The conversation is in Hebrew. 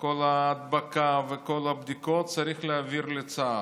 כל ההדבקה וכל הבדיקות צריך להעביר לצה"ל.